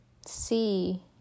see